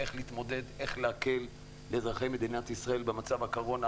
איך להתמודד ואיך להקל על אזרחי מדינת ישראל במצב הקורונה